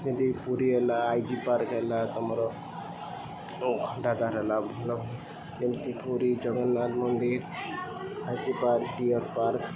ଯେମିତି ପୁରୀ ହେଲା I G park ହେଲା ତମର ଖଣ୍ଡାଧାର ହେଲା ଭଲ ଏମିତି ପୁରୀ ଜଗନ୍ନାଥ ମନ୍ଦିର I G park deer park